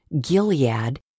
Gilead